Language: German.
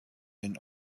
den